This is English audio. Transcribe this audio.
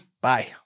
bye